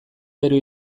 bero